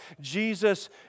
Jesus